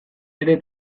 ere